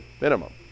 minimum